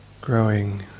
growing